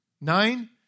Nine